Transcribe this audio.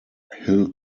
hill